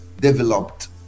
developed